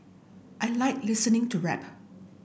I like listening to rap